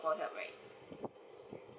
for help right